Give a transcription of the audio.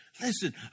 listen